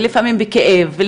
ולפעמים בכאב,